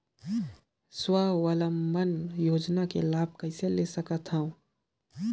स्वावलंबन योजना के लाभ कइसे ले सकथव?